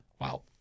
Wow